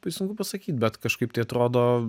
tai sunku pasakyt bet kažkaip tai atrodo